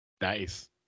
Nice